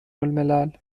الملل